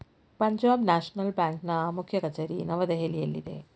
Punjab National ಬ್ಯಾಂಕ್ನ ಮುಖ್ಯ ಕಚೇರಿ ನವದೆಹಲಿಯಲ್ಲಿದೆ